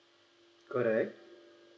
alright